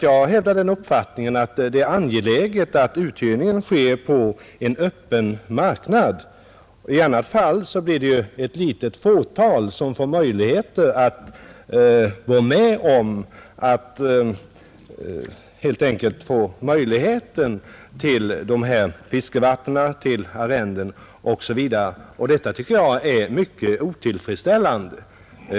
Jag hävdar den uppfattningen att det är angeläget att uthyrningen sker på en öppen marknad. I annat fall blir det ju ett litet fåtal som får möjlighet att utnyttja fiskevatten, arrenden osv., och det finner jag mycket otillfredsställande.